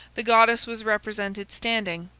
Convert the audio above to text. the goddess was represented standing.